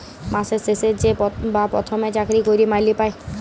মাসের শেষে বা পথমে চাকরি ক্যইরে মাইলে পায়